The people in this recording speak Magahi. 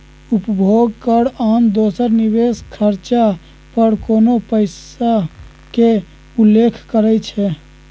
उपभोग कर आन दोसर निवेश खरचा पर कोनो पइसा के उल्लेख करइ छै